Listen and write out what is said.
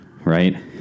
right